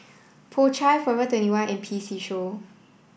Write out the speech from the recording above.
Po Chai Forever twenty one and P C Show